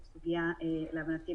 להבנתי,